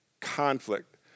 conflict